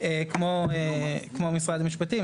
כמו משרד המשפטים,